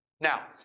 Now